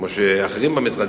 כמו אחרים במשרד,